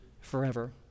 forever